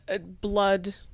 Blood